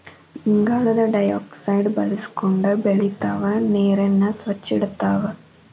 ಇಂಗಾಲದ ಡೈಆಕ್ಸೈಡ್ ಬಳಸಕೊಂಡ ಬೆಳಿತಾವ ನೇರನ್ನ ಸ್ವಚ್ಛ ಇಡತಾವ